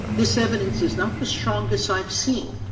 this evidence is not the strongest i've seen.